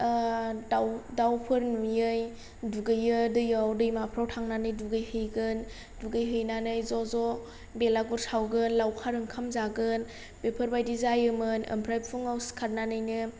दाव दावफोर नुयै दुगैयो दैआव दैमाफोराव थांनानै दुगैहैगोन दुगैहैनानै ज' ज' बेलागुर सावगोन लावखार ओंखाम जागोन बेफोरबायदि जायोमोन ओमफ्राय फुंआव सिखारनानैनो